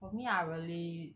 for me I really